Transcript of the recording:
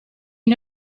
you